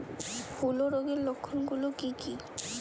হূলো রোগের লক্ষণ গুলো কি কি?